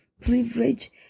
privilege